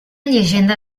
llegenda